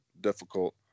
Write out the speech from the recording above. difficult